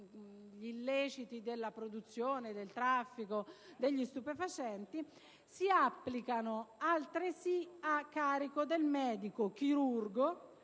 gli illeciti della produzione e del traffico degli stupefacenti, «si applicano altresì a carico del medico chirurgo